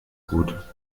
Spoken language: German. gut